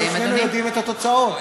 ושנינו יודעים את התוצאות.